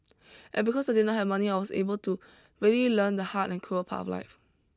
and because I did not have money I was able to really learn the hard and cruel part of life